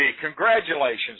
Congratulations